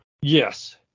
Yes